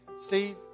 Steve